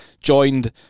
joined